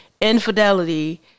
infidelity